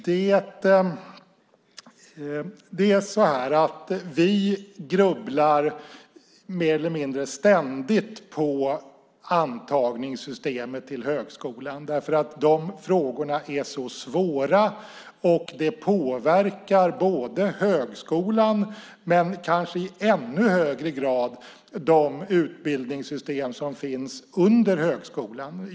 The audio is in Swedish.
Det är så här: Vi grubblar mer eller mindre ständigt på antagningssystemet för högskolan. De frågorna är så svåra, och det påverkar både högskolan och i ännu högre grad de utbildningssystem som finns under högskolan.